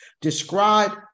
Describe